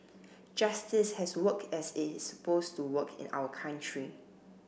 justice has worked as it's supposed to work in our country